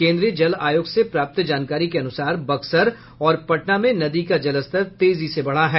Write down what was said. केन्द्रीय जल आयोग से प्राप्त जानकारी के अनुसार बक्सर और पटना में नदी का जलस्तर तेजी से बढ़ा है